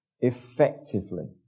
effectively